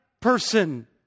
person